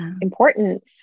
important